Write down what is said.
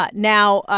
but now, ah